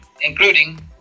including